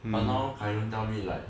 but now kai lun tell me like